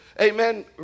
amen